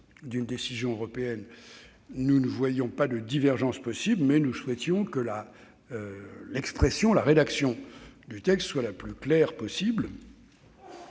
cette décision européenne. Nous ne voyions pas de divergence, mais nous souhaitions que la rédaction du texte soit la plus claire possible.